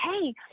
hey